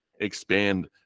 expand